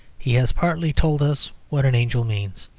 he has partly told us what an angel means.